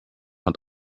hat